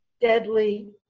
deadly